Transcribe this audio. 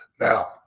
Now